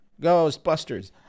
Ghostbusters